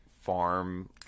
farm